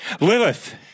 Lilith